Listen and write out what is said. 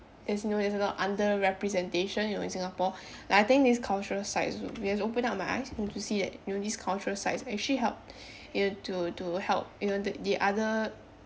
as you know there's a lot of under-representation you know in singapore but I think this cultural sites open up my eyes and to see that you know these culture sites actually help you know to to help you know the other